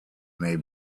may